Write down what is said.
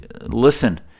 listen